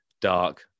dark